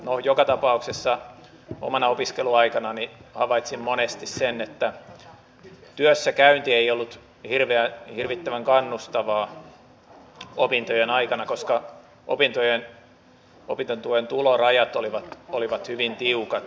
no joka tapauksessa omana opiskeluaikanani havaitsin monesti sen että työssäkäynti ei ollut hirvittävän kannustavaa opintojen aikana koska opintotuen tulorajat olivat hyvin tiukat